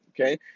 okay